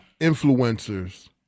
influencers